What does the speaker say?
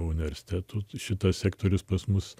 universitetų šitas sektorius pas mus